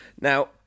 Now